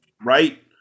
Right